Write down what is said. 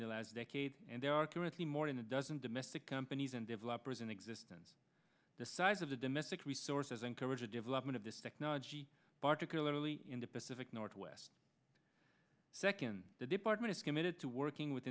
in the last decade and there are currently more than a dozen domestic companies and developers in existence the size of the domestic resources encourage the development of this technology particularly in the pacific northwest second the department is committed to working with